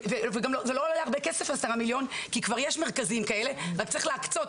זה לא הרבה כסף עשרה מיליון כי כבר יש מרכזים כאלה רק צריך להקצות